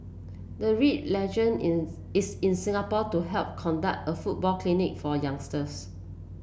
the Red legend is is in Singapore to help conduct a football clinic for youngsters